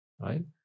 Right